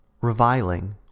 Reviling